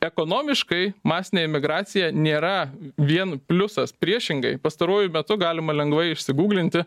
ekonomiškai masinė imigracija nėra vien pliusas priešingai pastaruoju metu galima lengvai išsigūglinti